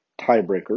tiebreaker